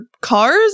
cars